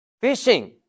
Fishing